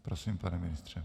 Prosím, pane ministře.